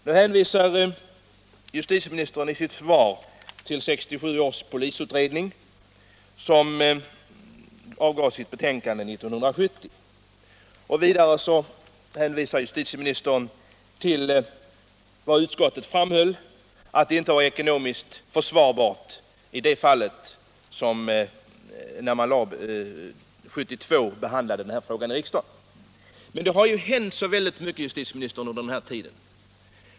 Nu hänvisar justitieministern i sitt svar dels till 1967 års polisutredning, som avgav sitt betänkande 1970, dels till att justitieutskottet, när frågan behandlades i riksdagen år 1972, framhöll att det inte var ekonomiskt försvarbart att förstärka resurserna i alla polisdistrikt. Men det har ju hänt så mycket, herr justitieminister, under den här tiden!